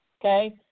okay